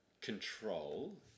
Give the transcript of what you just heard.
control